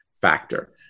factor